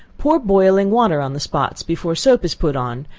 pour boiling water on the spots before soap is put on,